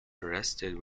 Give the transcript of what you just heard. arrested